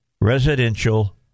Residential